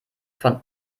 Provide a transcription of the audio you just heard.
von